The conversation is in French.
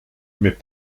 mais